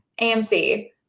AMC